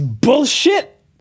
bullshit